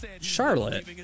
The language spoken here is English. Charlotte